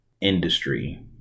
industry